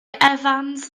evans